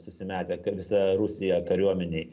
susimetę visa rusija kariuomenei